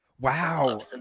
Wow